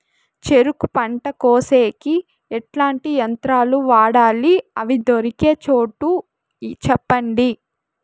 చెరుకు పంట కోసేకి ఎట్లాంటి యంత్రాలు వాడాలి? అవి దొరికే చోటు చెప్పండి?